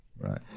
Right